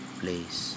place